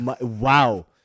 Wow